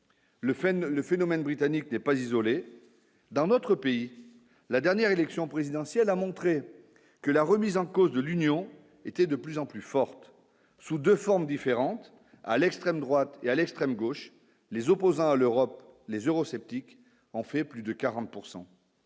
le phénomène britannique n'est pas isolé dans notre pays, la dernière élection présidentielle a montré que la remise en cause de l'Union étaient de plus en plus forte sous 2 formes différentes à l'extrême droite et à l'extrême gauche, les opposants à l'Europe, les eurosceptiques en fait plus de 40